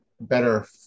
better